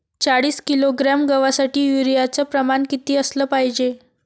चाळीस किलोग्रॅम गवासाठी यूरिया च प्रमान किती असलं पायजे?